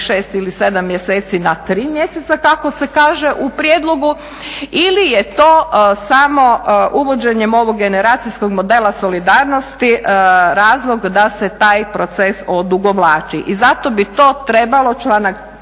6 ili 7 mjeseci na 3 mjeseca kako se kaže u prijedlogu ili je to samo uvođenjem ovog generacijskog modela solidarnosti razlog da se taj proces odugovlači. I zato bi to trebalo, članak